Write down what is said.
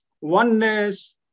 oneness